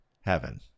heaven